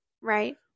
Right